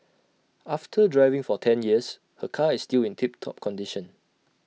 after driving for ten years her car is still in tip top condition